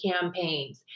campaigns